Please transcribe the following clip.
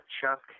Chuck